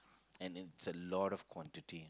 and it's a lot of quantity